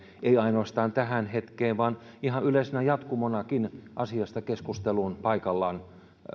että ei ainoastaan tällä hetkellä vaan ihan yleisenä jatkumonakin asiasta keskustelu on paikallaan